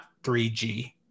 3g